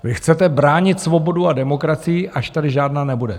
Vy chcete bránit svobodu a demokracii, až tady žádná nebude.